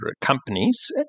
companies